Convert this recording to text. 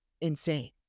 insane